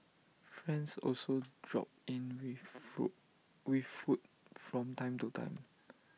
friends also drop in with fruit with food from time to time